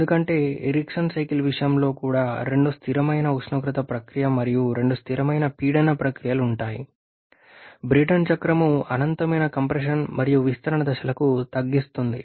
ఎందుకంటే Ericsson cycle విషయంలో కూడా రెండు స్థిరమైన ఉష్ణోగ్రత ప్రక్రియ మరియు రెండు స్థిరమైన పీడన ప్రక్రియలు ఉంటాయి బ్రేటన్ చక్రం అనంతమైన కంప్రెషన్ మరియు విస్తరణ దశలకు తగ్గిస్తుంది